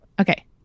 Okay